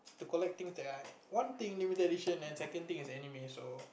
to collect thing that I one thing limited edition and second thing is anime so